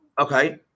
Okay